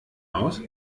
aus